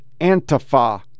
Antifa